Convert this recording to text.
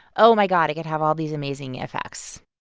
oh, my god, it could have all these amazing effects.